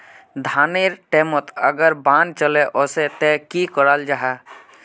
धानेर टैमोत अगर बान चले वसे ते की कराल जहा?